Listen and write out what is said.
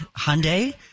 Hyundai